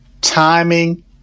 timing